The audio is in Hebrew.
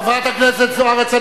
חברת הכנסת זוארץ,